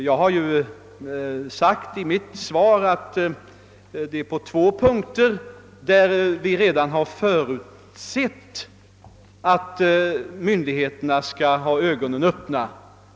Jag har ju sagt i mitt svar att vi på två punkter redan har förutsett att myndigheterna måste ha ögonen öppna.